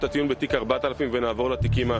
tad jeigu tik arbatą ar pingviną voro likimą